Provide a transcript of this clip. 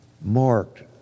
marked